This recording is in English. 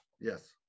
Yes